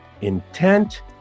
intent